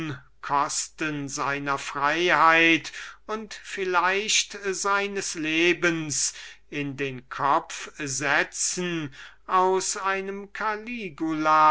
unkosten seiner freiheit und vielleicht seines lebens in den kopf setzen aus einem